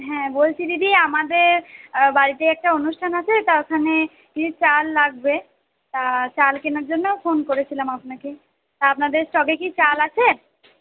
হ্যাঁ বলছি দিদি আমাদের বাড়িতে একটা অনুষ্ঠান আছে তা ওখানে কিছু চাল লাগবে তা চাল কেনার জন্য ফোন করেছিলাম আপনাকে আপনাদের স্টকে কি চাল আছে